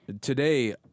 today